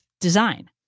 design